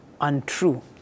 untrue